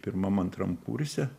pirmam antram kurse